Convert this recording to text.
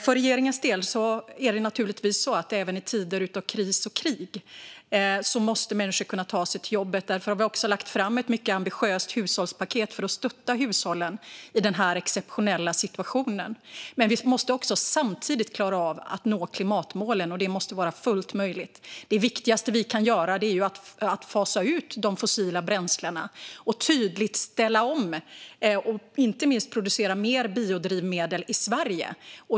För regeringens del är det naturligtvis så att människor måste kunna ta sig till jobbet även i tider av kris och krig. Därför har vi lagt fram ett mycket ambitiöst hushållspaket för att stötta hushållen i den här exceptionella situationen. Men vi måste samtidigt klara av att nå klimatmålen, och det måste vara fullt möjligt. Det viktigaste vi kan göra är att fasa ut de fossila bränslena, tydligt ställa om och, inte minst, producera mer biodrivmedel i Sverige.